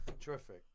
terrific